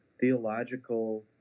theological